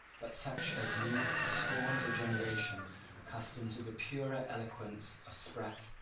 but such as moved the scorn of a generation accustomed to the purer eloquence of sprat,